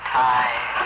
time